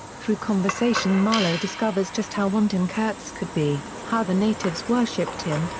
through conversation marlow discovers just how wanton kurtz could be, how the natives worshipped him,